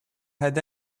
had